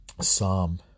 Psalm